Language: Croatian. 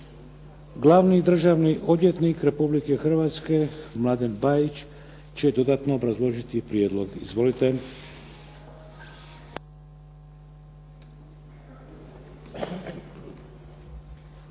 Glavni državni odvjetnik Republike Hrvatske Mladen Bajić će dodatno obrazložiti prijedlog. Izvolite.